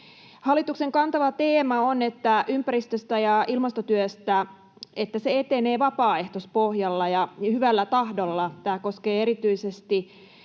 Hallituksen kantava teema ympäristöstä ja ilmastotyöstä on, että se etenee vapaaehtoispohjalla ja hyvällä tahdolla. Tämä koskee erityisesti